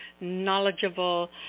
knowledgeable